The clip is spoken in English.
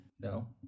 No